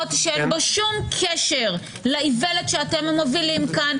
שאין בו שום קשר לאיוולת שאתם מובילים פה,